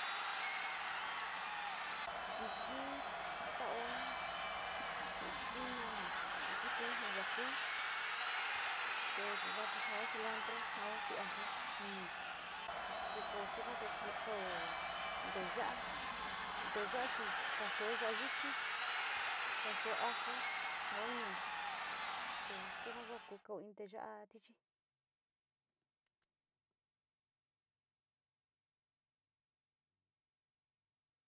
Tichi sao ji tinana tikuu ya´a kui te yuka tao cilantro taoti ajo nii ku kao suka te ku kao nteya´a, nteya´a chi kaxio ya´a ichi, kaxio ajo, tao ñii te suka ku kao in teya´a tichi.